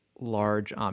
large